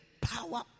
power